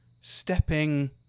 stepping